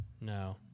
No